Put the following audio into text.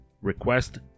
request